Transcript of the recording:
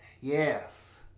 Yes